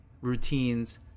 routines